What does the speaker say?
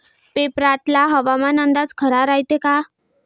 पेपरातला हवामान अंदाज खरा रायते का?